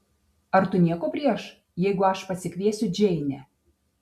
ar tu nieko prieš jeigu aš pasikviesiu džeinę